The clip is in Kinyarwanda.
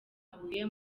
huye